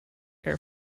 air